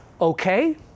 okay